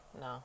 No